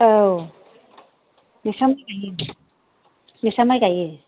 औ नोंस्रा माइ गायो नोंस्रा माइ गायो